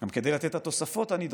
גם כדי לתת את התוספות הנדרשות.